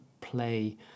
play